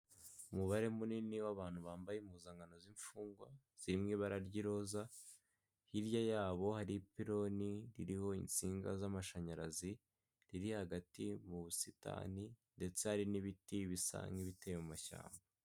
Umubare munini w'abantu bambaye impuzankan z'imfungwa ziri mu ibara ry'iroza, hirya yabo hari ipiiloni ririho insinga z'amashanyarazi riri hagati mu busitani ndetse hari n'ibiti bisa nkibiteye amashyamba.